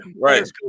right